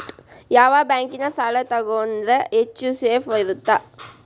ಯಾವ ಬ್ಯಾಂಕಿನ ಸಾಲ ತಗೊಂಡ್ರೆ ಹೆಚ್ಚು ಸೇಫ್ ಇರುತ್ತಾ?